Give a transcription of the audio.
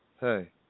hey